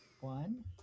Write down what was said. One